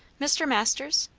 mr. masters?